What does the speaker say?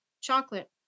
chocolate